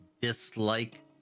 dislike